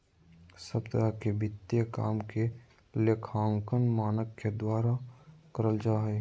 सब तरह के वित्तीय काम के लेखांकन मानक के द्वारा करल जा हय